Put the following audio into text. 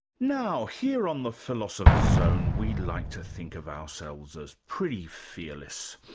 now, here on the philosopher's zone we like to think of ourselves as pretty fearless.